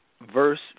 verse